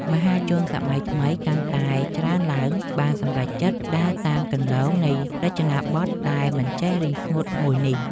មហាជនសម័យថ្មីកាន់តែច្រើនឡើងបានសម្រេចចិត្តដើរតាមគន្លងនៃរចនាប័ទ្មដែលមិនចេះរីងស្ងួតមួយនេះ។